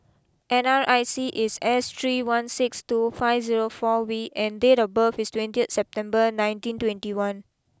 N R I C is S three one six two five zero four V and date of birth is twenty September nineteen twenty one